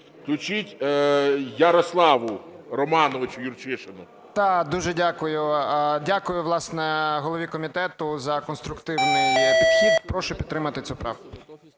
Включіть Ярославу Романовичу Юрчишину. 11:43:02 ЮРЧИШИН Я.Р. Дуже дякую. Дякую, власне, голові комітету за конструктивний підхід. Прошу підтримати цю правку.